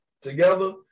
together